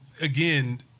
again